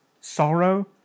sorrow